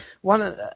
one